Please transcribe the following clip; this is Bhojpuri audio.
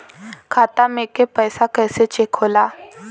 खाता में के पैसा कैसे चेक होला?